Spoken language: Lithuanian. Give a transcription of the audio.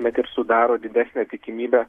bet ir sudaro didesnę tikimybę